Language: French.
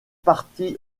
parti